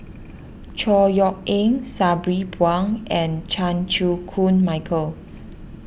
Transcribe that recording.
Chor Yeok Eng Sabri Buang and Chan Chew Koon Michael